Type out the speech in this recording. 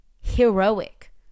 Heroic